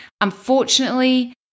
unfortunately